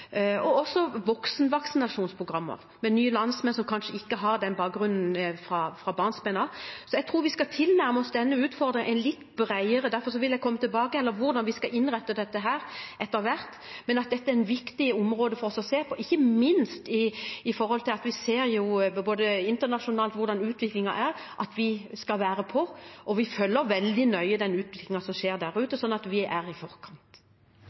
og vi har også voksenvaksinasjonsprogrammer for nye landsmenn som kanskje ikke har den bakgrunnen fra barnsben av. Så jeg tror vi skal tilnærme oss denne utfordringen litt bredere. Derfor vil jeg komme tilbake til hvordan vi skal innrette dette etter hvert, men dette er et viktig område for oss å se på, ikke minst i forhold til utviklingen internasjonalt. Vi skal være veldig på, og vi følger veldig nøye den utviklingen som skjer der ute, slik at vi er i forkant.